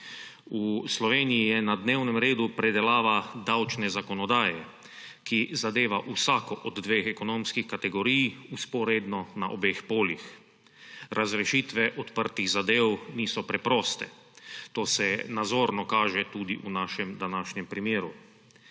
V Sloveniji je na dnevnem redu predelava davčne zakonodaje, ki zadeva vsako od dveh ekonomskih kategorij vzporedno na obeh poljih. Razrešitve odprtih zadev niso preproste, to se nazorno kaže tudi v našem današnjem primeru.